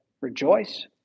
rejoice